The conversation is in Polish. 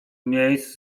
miejsc